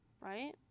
Right